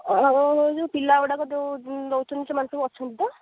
ଯେଉଁ ପିଲା ଗୁଡ଼ାକ ଯେଉଁ ଦେଉଛନ୍ତି ସେମାନେ ସବୁ ଅଛନ୍ତି ତ